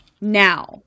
Now